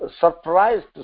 surprised